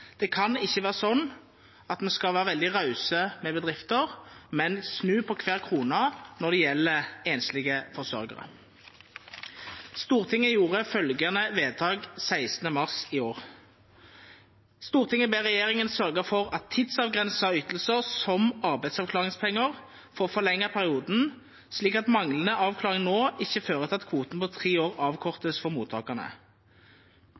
Det kan ikke være sånn at vi skal være veldig rause med bedrifter, men snu på hver krone når det gjelder enslige forsørgere. Stortinget gjorde følgende vedtak 16. mars i år: «Stortinget ber regjeringen sørge for at tidsavgrensede ytelser, som arbeidsavklaringspenger, får forlenget perioden sin slik at manglende avklaring nå ikke fører til at kvoten på tre år